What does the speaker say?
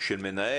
של מנהל?